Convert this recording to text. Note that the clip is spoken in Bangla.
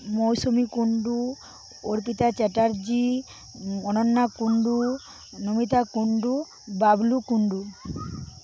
মৈসুমী কুণ্ডু অর্পিতা চ্যাটার্জী অনন্যা কুণ্ডু নমিতা কুণ্ডু বাবলু কুণ্ডু